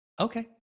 Okay